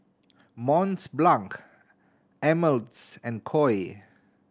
Mont Blanc Ameltz and Koi